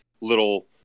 little